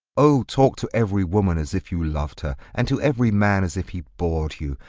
oh! talk to every woman as if you loved her, and to every man as if he bored you,